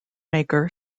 maker